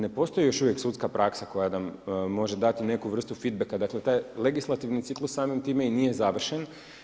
Ne postoji još uvijek sudska praksa koja nam može dati neku vrstu feedbacka, dakle taj legislativni ciklus samim time i nije završen.